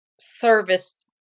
service